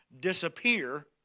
disappear